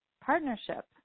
partnership